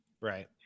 Right